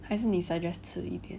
还是你 suggest 迟一点